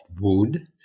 wood